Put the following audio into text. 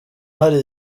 hari